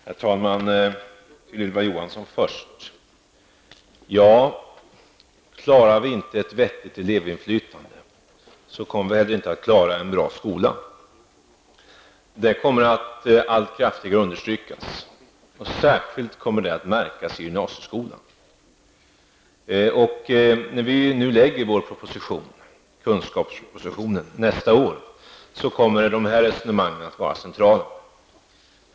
Herr talman! Först vill jag vända mig till Ylva Johansson. Klarar vi inte ett vettigt elevinflytande, kommer vi inte heller att klara en bra skola. Det kommer att allt kraftigare understrykas. Särskilt kommer detta att märkas i gymnasieskolan. När vi framlägger vår proposition, kunskapspropositionen, nästa år, kommer dessa resonemang att vara centrala.